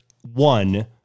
one